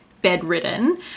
bedridden